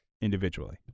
individually